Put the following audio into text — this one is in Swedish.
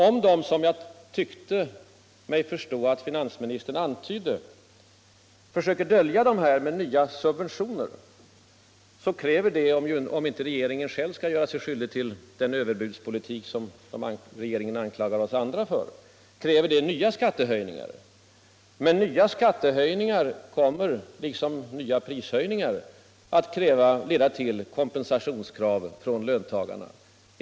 Om regeringen, som jag tyckte mig förstå att finansministern antydde, försöker dölja de prisstegringar som blir en följd av dessa överläggningar genom nya subventioner, kräver det nya skattehöjningar, om inte regeringen själv skall göra sig skyldig till överbudspolitik av det slag som den anklagar oss andra för. Men nya skattehöjningar kommer liksom nya prishöjningar att leda till kompensationskrav från löntagarna.